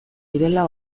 direla